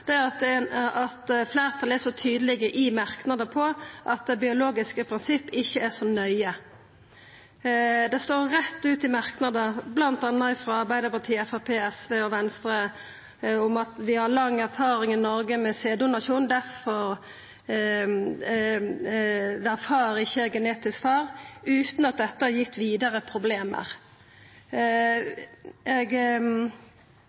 denne saka, er at fleirtalet er så tydelege i merknadene på at det biologiske prinsippet ikkje er så nøye. Det står rett fram i merknadene, bl.a. frå Arbeidarpartiet, Framstegspartiet, SV og Venstre, at vi har lang erfaring i Noreg med sæddonasjon der far ikkje er genetisk far, utan at dette har gitt vidare